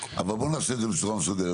אבל בואו נעשה את זה בצורה מסודרת,